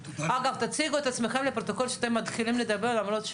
הוא יגיד: אני עובר לגוף אחר,